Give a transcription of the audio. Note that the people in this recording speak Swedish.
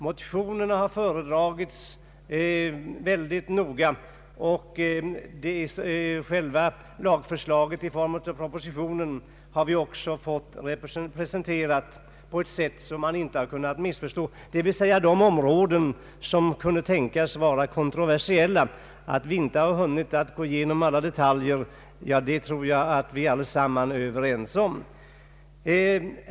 Motionerna har föredragits mycket noga, och själva lagförslaget i form av propositionen har vi också fått presenterat på ett sätt som man inte kunnat missförstå, dvs. på de områden som kunde tänkas vara kontroversiella. Att vi inte hunnit gå igenom alla detaljer tror jag att vi allesammans är överens om.